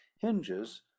hinges